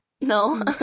No